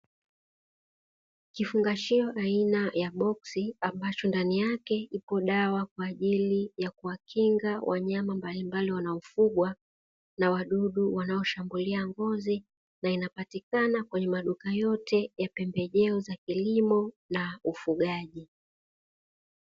Kifungashio aina ya boksi ambacho ndani yake iko dawa kwa ajili ya kuwakinga wanyama mbalimbali wanaofugwa na wadudu wanaoshambulia ngozi, na inapatikana kwenye maduka yote ya pembejeo za kilimo na ufugaji.